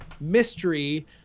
mystery